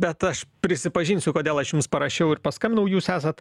bet aš prisipažinsiu kodėl aš jums parašiau ir paskambinau jūs esat